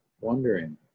wondering